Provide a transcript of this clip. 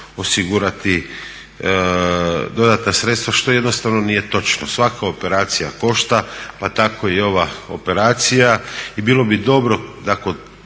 osigurati dodatna sredstva što jednostavno nije točno. Svaka operacija košta, pa tako i ova operacija